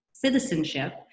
citizenship